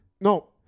No